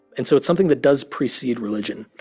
and so it's something that does precede religion.